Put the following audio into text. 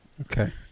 Okay